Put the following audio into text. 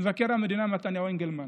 מבקר המדינה מתניהו אנגלמן,